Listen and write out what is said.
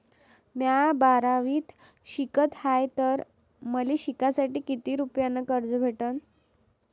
म्या बारावीत शिकत हाय तर मले शिकासाठी किती रुपयान कर्ज भेटन?